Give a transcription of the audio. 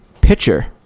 pitcher